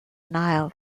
nile